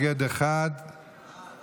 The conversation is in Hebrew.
הגדלת תקציב הפעילות ומימון המכון),